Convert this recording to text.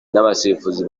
n’abasifuzi